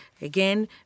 Again